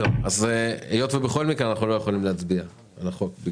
שבכל מקרה אנחנו לא יכולים להצביע על החוק,